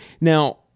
Now